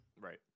Right